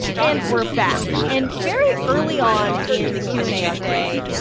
and we're back. and very early on in the q and a today,